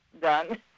done